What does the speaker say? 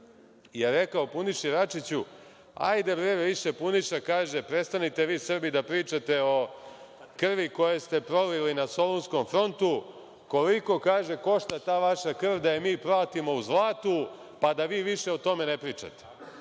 je rekao Puniši Račiću – ajde bre više Puniša, kaže, prestanite vi Srbi da pričate o krvi koju ste prolili na Solunskom frontu. Koliko košta ta vaša krv, da je mi platimo u zlatu pa da vi više o tome ne pričate